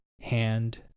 hand